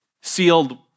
sealed